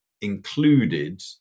included